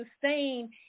sustain